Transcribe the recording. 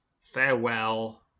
Farewell